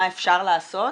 מה אפשר לעשות?